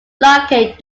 blockade